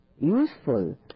useful